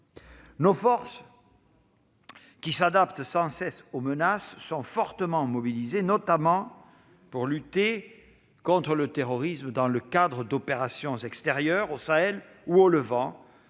Nos forces, qui s'adaptent sans cesse aux menaces, sont fortement mobilisées, notamment pour lutter contre le terrorisme, tant dans le cadre d'opérations extérieures, au Sahel ou au Levant